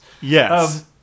yes